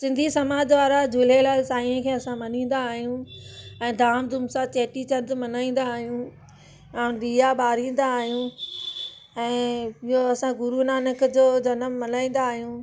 सिंधी समाज वारा झूलेलाल साईंअ खे असां मञींदा आहियूं ऐं धामधूम सां चेटीचंडु मल्हाईंदा आहियूं ऐं ॾीया ॿारींदा आहियूं ऐं ॿियो असां गुरु नानक जो जनमु मल्हाईंदा आहियूं